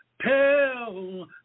tell